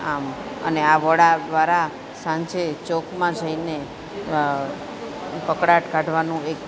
આમ અને આ વડા દ્વારા સાંજે ચોકમાં જઈને કકળાટ કાઢવાનું એક